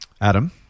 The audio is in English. Adam